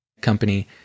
company